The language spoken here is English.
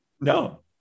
No